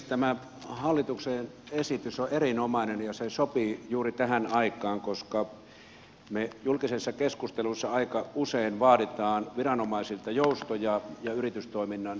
tämä hallituksen esitys on erinomainen ja sopii juuri tähän aikaan koska me julkisessa keskustelussa aika usein vaadimme viranomaisilta joustoja ja yritystoiminnan tukemista